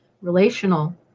relational